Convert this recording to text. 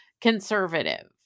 conservative